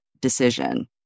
decision